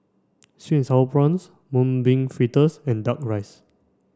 sweet and sour prawns mung bean fritters and duck rice